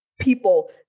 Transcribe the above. people